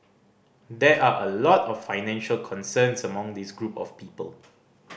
there are a lot of financial concerns among this group of people